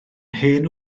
hen